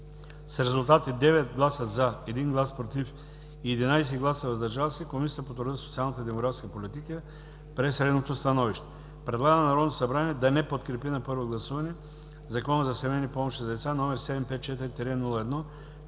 с резултати: 9 гласа „за“, 1 глас „против“ и 11 гласа „въздържал се“, Комисията по труда, социалната и демографската политика прие следното становище: Предлага на Народното събрание да не подкрепи на първо гласуване Закона за семейни помощи за деца, № 754-01-28,